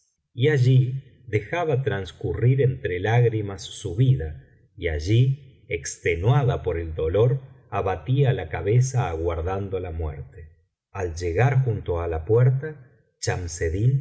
y allí dejaba transcurrir entre lágrimas su vida y allí extenuada por el dolor abatía la cabeza aguardando la muerte al llegar junto á la puerta